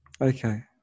Okay